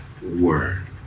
Word